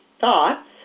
thoughts